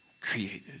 created